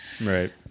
right